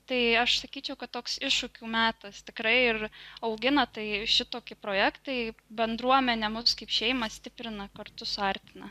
tai aš sakyčiau kad toks iššūkių metas tikrai ir augina tai šitokį projektą į bendruomenę mus kaip šeimą stiprina kartu suartina